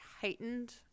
heightened